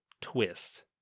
twist